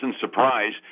surprise